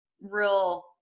real